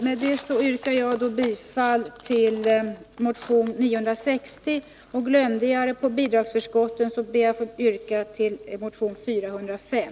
Med det yrkar jag bifall till motion 960, och om jag glömde det beträffande bidragsförskotten ber jag att få yrka bifall till motion 405.